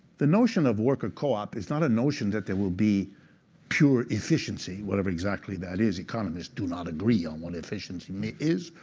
the notion of worker co-op is not a notion that there will be pure efficiency, whatever exactly that is. economists do not agree on what efficiency is,